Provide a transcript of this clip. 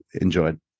enjoyed